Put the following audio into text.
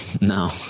no